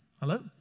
Hello